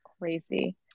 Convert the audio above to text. Crazy